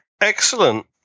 excellent